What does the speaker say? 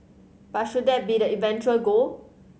but should that be the eventual goal